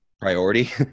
priority